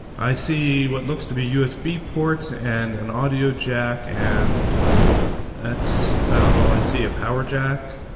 i see what looks to be usb ports and an audio jack and that's about all i see a power jack,